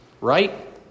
Right